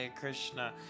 Krishna